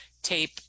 tape